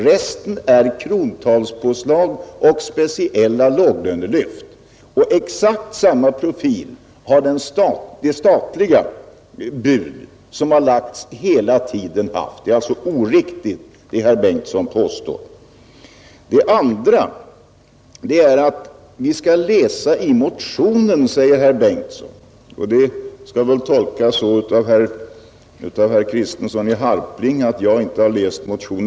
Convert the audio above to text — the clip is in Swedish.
Resten är krontalspåslag ooch speciella låglönelyft, och exakt samma profil har de statliga bud som lagts fram hela tiden haft. Det som herr Bengtson påstår är alltså oriktigt. Vidare säger herr Bengtson att vi skall läsa i motionen. Herr Kristianssons i Harplinge inlägg skall väl tolkas på så sätt att jag inte har läst motionen.